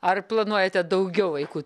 ar planuojate daugiau vaikų